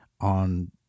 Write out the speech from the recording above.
on